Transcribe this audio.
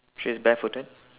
she's bare footed